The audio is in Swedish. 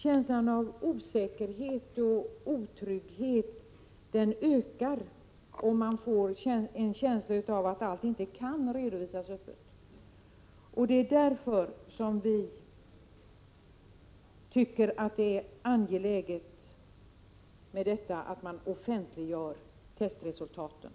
Känslan av osäkerhet och otrygghet ökar om man får intrycket att allt inte kan redovisas öppet. Vi tycker därför att det är angeläget att man offentliggör testresultaten.